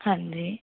ਹਾਂਜੀ